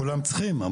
כולם צריכים,